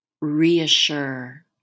reassure